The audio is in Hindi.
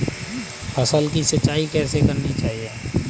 फसल की सिंचाई कैसे करनी चाहिए?